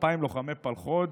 2,000 לוחמי פלחו"ד,